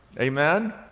Amen